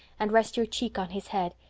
and rest your cheek on his head.